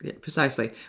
Precisely